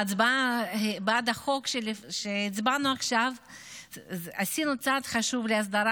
בהצבעה בעד החוק שהצבענו עכשיו עשינו צעד חשוב להסדרה